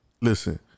listen